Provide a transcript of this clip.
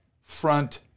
front